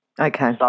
Okay